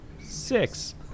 six